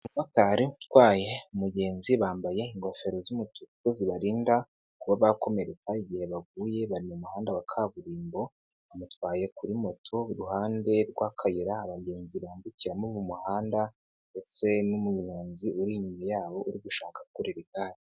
Umu motari utwaye umugenzi, bambaye ingofero z'umutuku zibarinda kuba bakomereka igihe baguye bari mu muhanda wa kaburimbo. Bamutwaye kuri moto, iruhande rw'akayira, abagenzi bambukiramo mu muhanda ndetse n'umunyonzi uri inyuma yabo uri gushaka kurira igare.